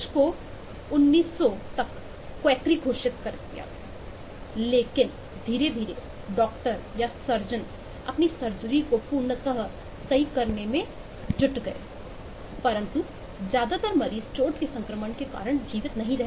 कुछ को 1900 तक क्वेकरी घोषित कर दिया गया लेकिन धीरे धीरे डॉक्टर या सर्जन अपनी सर्जरी को पूर्णता सही करने में जुट गए लेकिन ज्यादातर मरीज चोट के संक्रमण के कारण जीवित नहीं रहे